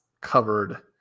covered